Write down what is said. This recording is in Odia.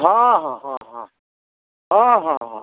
ହଁ ହଁ ହଁ ହଁ ହଁ ହଁ ହଁ